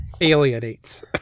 alienates